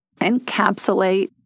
encapsulate